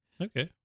okay